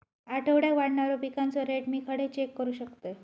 आठवड्याक वाढणारो पिकांचो रेट मी खडे चेक करू शकतय?